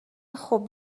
خوب